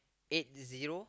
eight to zero